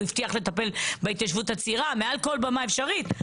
הוא הבטיח לטפל בהתיישבות הצעירה מעל כל במה אפשרית,